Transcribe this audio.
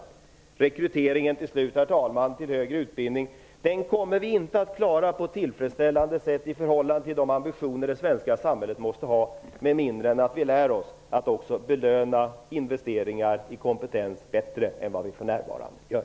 Vi kommer inte att klara av rekryteringen till den högre utbildningen på ett tillfredsställande sätt, i förhållande till de ambitioner som det svenska samhället måste ha, med mindre än att vi lär oss att också belöna investeringar i kompetens bättre än vad vi för närvarande gör.